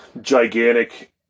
gigantic